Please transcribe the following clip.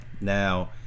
Now